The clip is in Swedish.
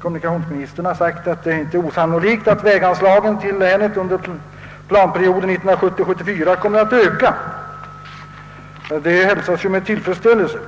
kommunikationsministern har sagt att det inte är osannolikt att väganslagen till länet för planperioden 1970—1974 kommer att öka. Det hälsas ju med tillfredsställelse.